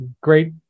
great